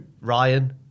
Ryan